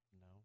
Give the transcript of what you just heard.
No